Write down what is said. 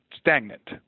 stagnant